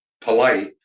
polite